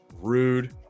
Rude